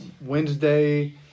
Wednesday